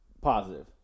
positive